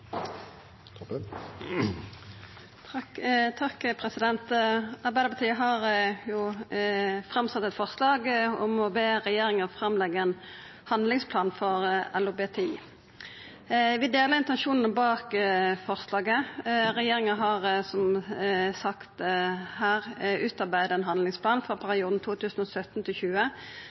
Arbeidarpartiet har sett fram eit forslag om å be regjeringa leggja fram ein handlingsplan for LHBTI. Vi deler intensjonen bak forslaget. Regjeringa har, som det er sagt her, utarbeidd ein handlingsplan